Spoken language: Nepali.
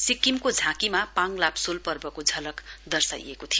सिक्किमको झाँकीमा पाङ लाब्सोल पर्वको झलक दर्शाइएको थियो